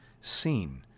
seen